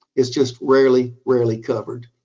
it's just rarely, rarely covered.